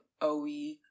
oe